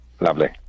Lovely